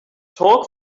talk